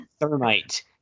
thermite